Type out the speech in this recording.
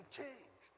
change